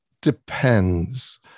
depends